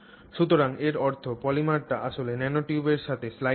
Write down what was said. সুতরাং এর অর্থ পলিমারটি আসলে ন্যানোটিউবের সাথে স্লাইড করছে